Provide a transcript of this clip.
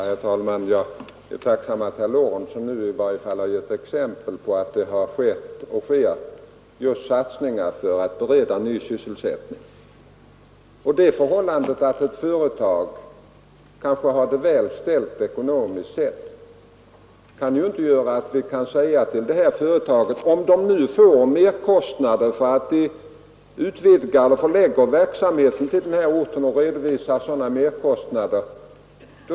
Herr talman! Jag är tacksam för att herr Lorentzon nu i varje fall har gett exempel på att det har skett och sker satsningar för att bereda ny sysselsättning. Det förhållandet att ett företag kanske har det väl ställt ekonomiskt gör ju inte att vi kan säga till företaget att om det får merkostnader för att utvidga verksamheten eller förlägga verksamheten till den önskade orten så skall företaget självt stå för dessa.